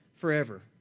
forever